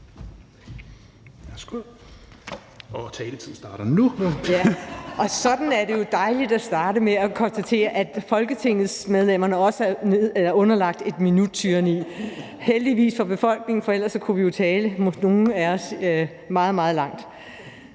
starte med at konstatere, at folketingsmedlemmerne også er underlagt et minuttyranni, heldigvis for befolkningen, for ellers kunne nogle af os jo tale i meget, meget